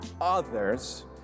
others